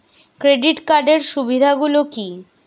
Credit কার্ডের সুবিধা গুলো কি?